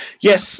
Yes